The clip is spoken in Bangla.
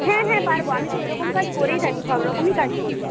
হ্যাঁ হ্যাঁ পারব আমি তো ওই রকম কাজ করেই থাকি সব রকমই কাজ করি